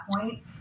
point